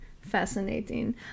fascinating